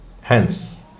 Hence